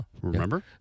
Remember